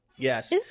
Yes